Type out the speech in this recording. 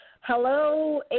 hello